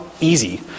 easy